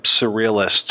surrealist